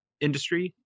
industry